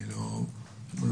אני לא בתחום,